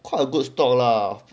quite a good stock lah